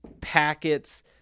packets